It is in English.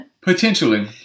Potentially